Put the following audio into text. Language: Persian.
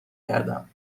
کردم